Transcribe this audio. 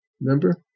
Remember